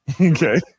okay